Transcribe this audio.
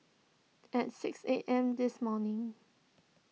at six A M this morning